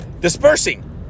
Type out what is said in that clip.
dispersing